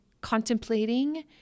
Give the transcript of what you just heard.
contemplating